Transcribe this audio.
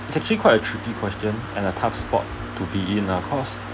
it's actually quite a tricky question and a tough spot to be in ah cause